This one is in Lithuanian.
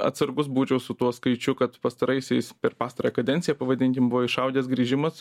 atsargus būčiau su tuo skaičiu kad pastaraisiais per pastarąją kadenciją pavadinkim buvo išaugęs grįžimas